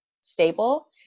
stable